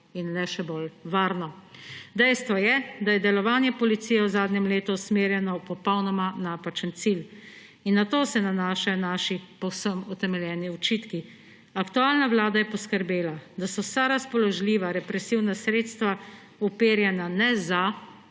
in le še bolj varno. Dejstvo je, da je delovanje policije v zadnjem letu usmerjeno v popolnoma napačen cilj, in na to se nanašajo naši povsem utemeljeni očitki. Aktualna vlada je poskrbela, da so vsa razpoložljiva represivna sredstva uperjena ne za,